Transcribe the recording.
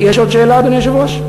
יש עוד שאלה, אדוני היושב-ראש?